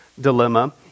dilemma